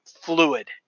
fluid